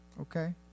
Okay